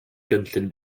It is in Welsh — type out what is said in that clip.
gynllun